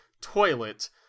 toilet